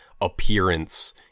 appearance